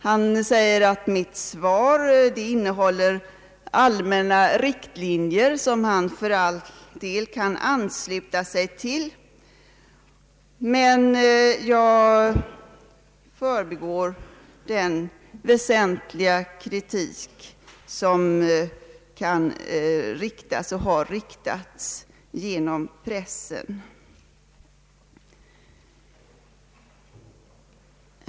Han säger vidare att mitt svar innehåller allmänna riktlinjer, som han för all del kan ansluta sig till, men att jag förbigår den väsentliga kritik som kan framföras och också har framförts genom pressen.